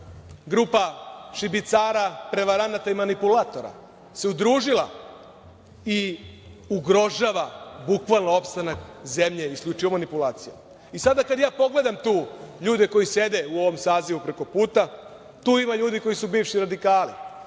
grupa šibicara, prevaranata i manipulatora se udružila i ugrožava, bukvalno, opstanak zemlje isključivo manipulacijama.19/2 BN/MPSada, kada ja pogledam tu ljude koji sede u ovom sazivu preko puta, tu ima ljudi koji su bivši radikali,